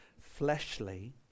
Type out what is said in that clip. fleshly